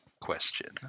question